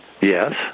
Yes